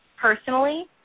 personally